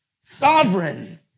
sovereign